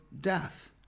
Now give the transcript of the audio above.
death